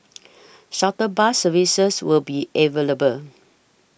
shuttle bus services will be available